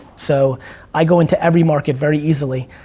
so i go into every market very easily,